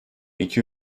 iki